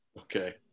Okay